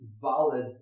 valid